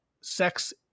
sex